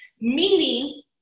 meaning